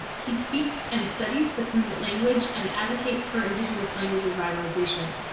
he speaks and studies the tlingit language and advocates for indigenous language revitalization.